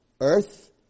earth